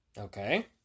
Okay